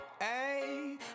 hey